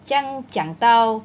这样讲到